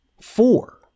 Four